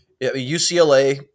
UCLA